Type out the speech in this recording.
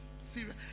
serious